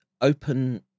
open